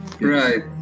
Right